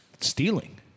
stealing